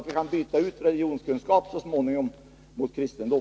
Önskvärt är att vi så småningom kan byta ut ämnet religionskunskap mot kristendom.